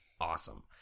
awesome